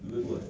we will go